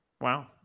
Wow